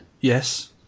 Yes